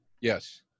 Yes